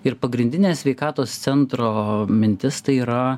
ir pagrindinė sveikatos centro mintis tai yra